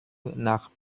nach